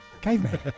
Caveman